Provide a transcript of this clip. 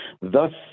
Thus